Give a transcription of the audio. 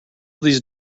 these